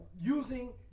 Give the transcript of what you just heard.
using